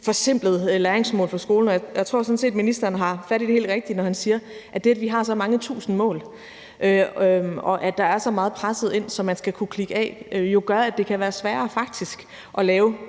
forsimplede læringsmål for skolen. Jeg tror sådan set, ministeren har fat i det helt rigtige, når han siger, at det, at vi har så mange tusind mål, og at der er så meget presset ind, som man skal kunne klikke af, jo gør, at det faktisk kan være sværere at lave